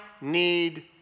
need